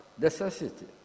necessity